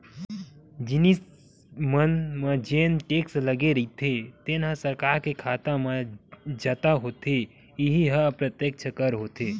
जिनिस मन म जेन टेक्स लगे रहिथे तेन ह सरकार के खाता म जता होथे इहीं ह अप्रत्यक्छ कर होथे